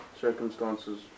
circumstances